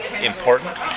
important